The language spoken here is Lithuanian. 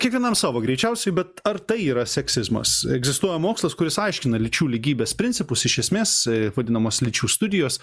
kiekvienam savo greičiausiai bet ar tai yra seksizmas egzistuoja mokslas kuris aiškina lyčių lygybės principus iš esmės vadinamos lyčių studijos